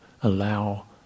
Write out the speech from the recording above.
allow